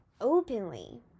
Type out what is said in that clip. openly